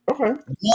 Okay